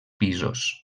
pisos